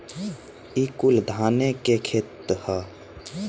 ई कुल धाने के खेत ह